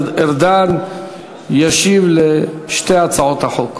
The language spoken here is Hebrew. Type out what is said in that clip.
ארדן ישיב על שתי הצעות החוק.